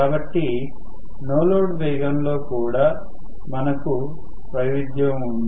కాబట్టి no load వేగం లో కూడా మనకు వైవిధ్యం ఉంది